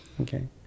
Okay